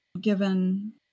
given